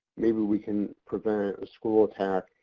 maybe we can prevent a school attack,